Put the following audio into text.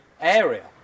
area